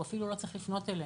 הוא אפילו לא צריך לפנות אליהם.